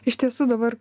iš tiesų dabar